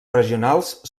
regionals